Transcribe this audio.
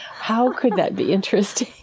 how could that be interesting?